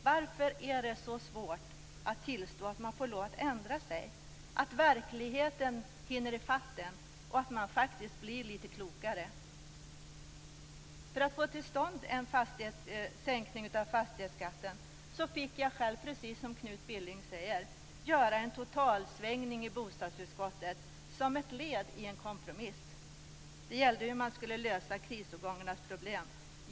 Varför är det så svårt att tillstå att man får lov att ändra sig, att verkligheten hinner i fatt en och att man faktiskt blir litet klokare? För att få till stånd en sänkning av fastighetsskatten fick jag själv, precis som Knut Billing säger, göra en totalsvängning i bostadsutskottet som ett led i en kompromiss. Det gällde hur man skulle lösa krisårgångarnas problem.